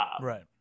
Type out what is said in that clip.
Right